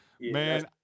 man